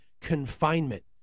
confinement